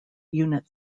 unit